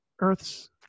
Earths